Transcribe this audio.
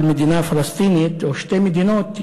על מדינה פלסטינית או שתי מדינות,